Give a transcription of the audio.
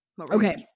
okay